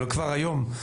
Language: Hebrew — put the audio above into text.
אבל כבר היום,